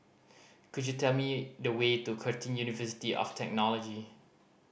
could you tell me the way to Curtin University of Technology